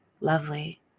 lovely